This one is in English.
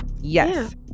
Yes